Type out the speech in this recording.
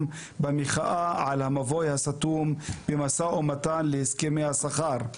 במחאה על המבוי הסתום במשא ומתן על הסכמי השכר.